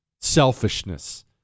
selfishness